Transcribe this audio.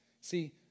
See